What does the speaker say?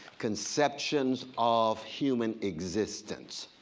conceptions of human existence.